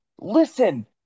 Listen